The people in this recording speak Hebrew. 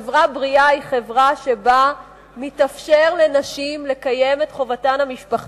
חברה בריאה היא חברה שבה מתאפשר לנשים לקיים את חובתן המשפחתית,